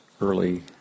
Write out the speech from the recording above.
early